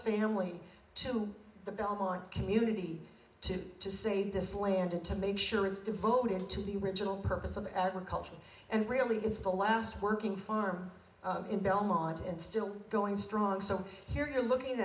family to the belmont community to say this land and to make sure it's devoted to the original purpose of agriculture and really it's the last working farm in belmont and still going strong so here you're looking